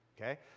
okay